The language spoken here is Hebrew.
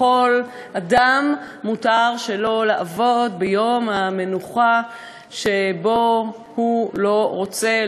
לכל אדם מותר שלא לעבוד ביום המנוחה שבו הוא לא רוצה,